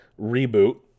reboot